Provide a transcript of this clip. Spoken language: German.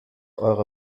eure